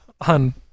on